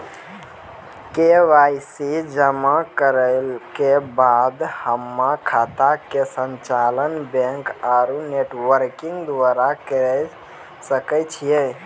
KYC जमा करला के बाद हम्मय खाता के संचालन बैक आरू नेटबैंकिंग द्वारा करे सकय छियै?